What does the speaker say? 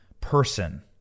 person